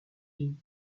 unis